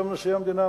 היום נשיא המדינה,